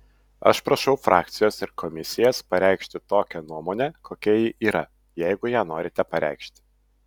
aš prašau frakcijas ir komisijas pareikšti tokią nuomonę kokia ji yra jeigu ją norite pareikšti